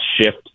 shift